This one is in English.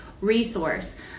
resource